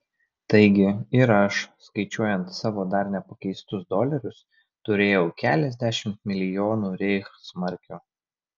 taigi ir aš skaičiuojant savo dar nepakeistus dolerius turėjau keliasdešimt milijonų reichsmarkių